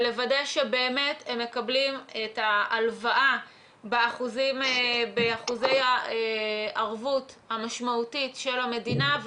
ולוודא שהם מקבלים את ההלוואה באחוזי הערבות המשמעותית של המדינה,